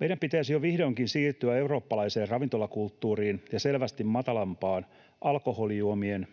Meidän pitäisi jo vihdoinkin siirtyä eurooppalaiseen ravintolakulttuuriin ja selvästi matalampaan alkoholijuomien,